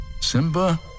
Simba